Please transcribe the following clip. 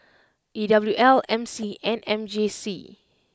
E W L M C and M J C